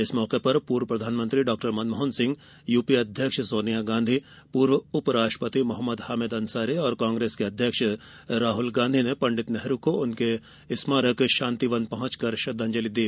इस मौके पर पूर्व प्रधानमंत्री डॉ मनमोहन सिंह यूपीए अध्यक्ष सोनिया गांधी पूर्व उप राष्ट्रपति मोहम्मद हामिद अंसारी और कांग्रेस के अध्यक्ष राहुल गांधी ने पंडित नेहरू को उनके स्मारक शांतिवन में श्रद्वांजलि दी